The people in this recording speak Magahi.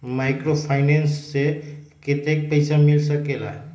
माइक्रोफाइनेंस से कतेक पैसा मिल सकले ला?